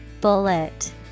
Bullet